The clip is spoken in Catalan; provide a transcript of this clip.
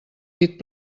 dit